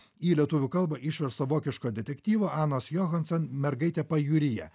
į lietuvių kalbą išversto vokiško detektyvo anos johanson mergaitė pajūryje